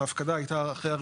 שההפקדה הייתה אחרי ה-1.1.2023,